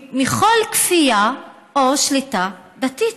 מכל כפייה או שליטה דתית.